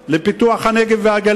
לתפקיד סגן שר במשרד לפיתוח הנגב והגליל,